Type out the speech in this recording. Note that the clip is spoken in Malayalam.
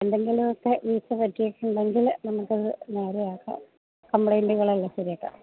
എന്തെങ്കിലുമൊക്കെ വീഴ്ച പറ്റിയിട്ടുണ്ടെങ്കില് നമുക്കതു നേരെയാക്കാം കംപ്ലയിൻ്റുകളെല്ലാം ശരിയാക്കാം